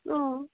অঁ